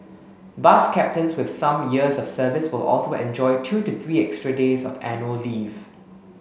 bus captains with some years of service will also enjoy two to three extra days of annual leave